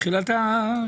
בתחילת הקדנציה.